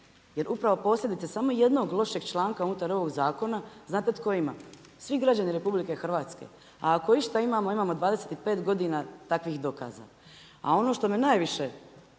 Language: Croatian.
jer upravo posljedice samo jednog lošeg članka unutar ovog zakona znate tko ima? Svi građani RH. A ako išta imamo, imamo 25 godina takvih dokaza. A ono što mi je